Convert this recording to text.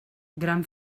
gran